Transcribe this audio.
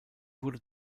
wurde